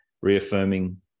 reaffirming